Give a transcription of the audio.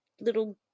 little